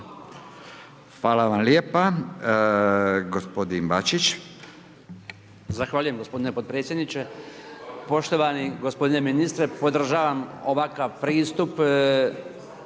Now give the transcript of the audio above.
Hvala vam lijepa gospodin Bulj,